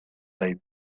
they